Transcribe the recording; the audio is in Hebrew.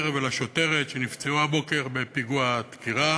ולשוטרת שנפצעו הבוקר בפיגוע הדקירה,